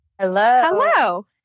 hello